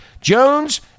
Jones